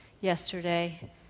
yesterday